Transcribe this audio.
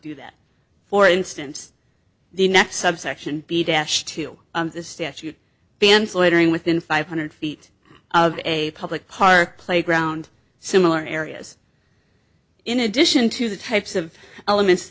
do that for instance the next subsection b dash to the statute bans loitering within five hundred feet of a public park playground similar areas in addition to the types of elements